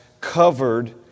covered